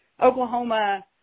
Oklahoma